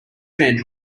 men